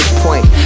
point